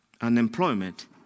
Unemployment